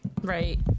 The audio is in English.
Right